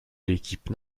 l’équipe